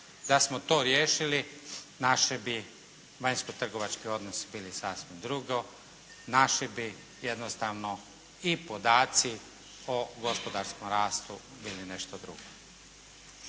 Da smo to riješili naši bi vanjsko-trgovački odnosi bili sasvim drugo. Naši bi jednostavno i podaci o gospodarskom rastu bili nešto drugo.